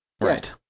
right